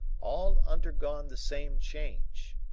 all undergone the same change.